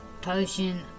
potion